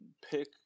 pick